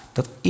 Dat